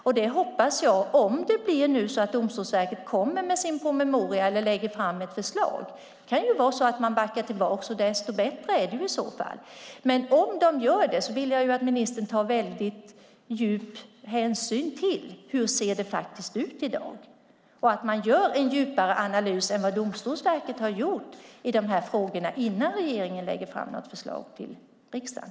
Om det nu blir så att Domstolsverket kommer med sin promemoria eller lägger fram sitt förslag - det kan ju vara så att man backar tillbaka och desto bättre är det i så fall - vill jag att ministern tar stor hänsyn till hur detta ser ut i dag. Det bör göras en djupare analys än vad Domstolsverket har gjort i frågorna innan regeringen lägger fram något förslag till riksdagen.